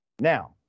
Now